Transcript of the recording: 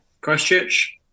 Christchurch